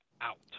out